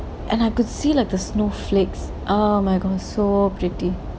and I could see like the snowflakes oh my god so pretty